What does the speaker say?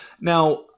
Now